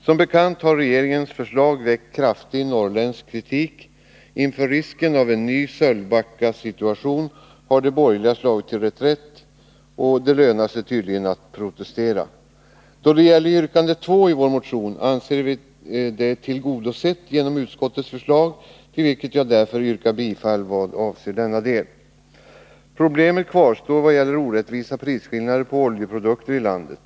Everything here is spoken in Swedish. Som bekant har regeringens förslag väckt kraftig norrländsk kritik. Inför risken av en ny Sölvbackasituation har de borgerliga slagit till reträtt. Det lönar sig tydligen att protestera. Då det gäller yrkande 2 i vår motion anser vi att det blivit tillgodosett genom utskottets förslag, till vilket jag därför yrkar bifall vad avser denna del. Problemet kvarstår i vad gäller orättvisa prisskillnader på oljeprodukter i landet.